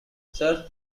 sir